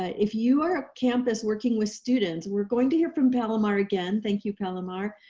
ah if you are a campus working with students, we're going to hear from palomar again, thank you palomar,